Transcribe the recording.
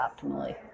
optimally